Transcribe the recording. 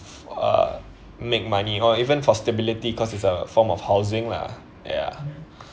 uh make money or even for stability because it's a form of housing lah ya